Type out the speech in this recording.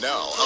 Now